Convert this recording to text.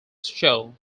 show